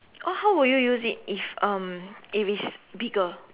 oh how would you use it if um if it's bigger